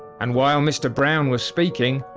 and while mr brown was speaking,